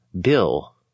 Bill